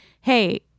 hey